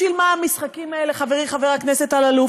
בשביל מה המשחקים האלה, חברי חבר הכנסת אלאלוף?